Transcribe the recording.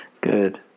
Good